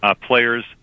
players